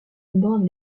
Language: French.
borde